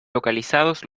localizados